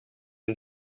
den